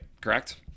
correct